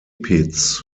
pits